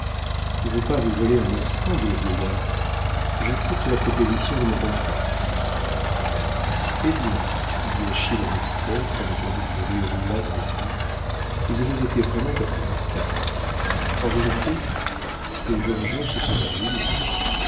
je ne veux pas vous voler un instant dit le vieillard j'accepte la proposition de mon confrère hé bien dit achille à nestor quand le cabriolet roula dans les rues vous avez été vraiment patriarcal en vérité ces jeunes gens se seraient ruinés